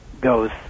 goes